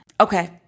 Okay